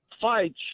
fights